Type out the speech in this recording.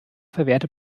verwehrte